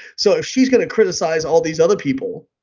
so if she's going to criticize all these other people,